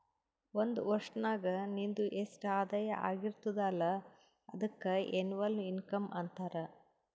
ಒಂದ್ ವರ್ಷನಾಗ್ ನಿಂದು ಎಸ್ಟ್ ಆದಾಯ ಆಗಿರ್ತುದ್ ಅಲ್ಲ ಅದುಕ್ಕ ಎನ್ನವಲ್ ಇನ್ಕಮ್ ಅಂತಾರ